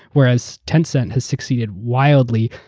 whereas, tencent has succeeded wildly.